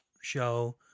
show